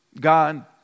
God